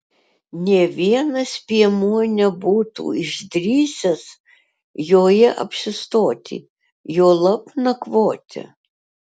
nė vienas piemuo nebūtų išdrįsęs joje apsistoti juolab nakvoti